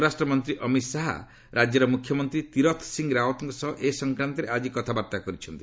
ସ୍ୱରାଷ୍ଟ୍ର ମନ୍ତ୍ରୀ ଅମିତ ଶାହା ରାଜ୍ୟର ମୁଖ୍ୟମନ୍ତ୍ରୀ ତିରଥ ସିଂହ ରାଓତ୍କ ସହ ଏ ସଂକ୍ରାନ୍ତରେ ଆଜି କଥାବାର୍ତ୍ତା କରିଛନ୍ତି